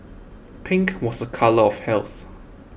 pink was a colour of health